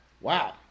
Wow